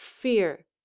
fear